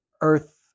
Earth